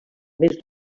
més